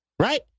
Right